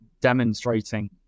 demonstrating